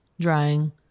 Drying